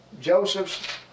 Joseph's